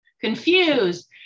confused